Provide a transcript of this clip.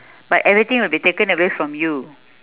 but everything will be taken away from you